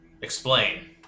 Explain